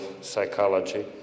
psychology